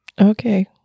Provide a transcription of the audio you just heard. Okay